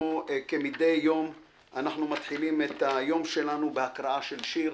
כמדי יום אנחנו מתחילים את היום שלנו בהקראה של שיר.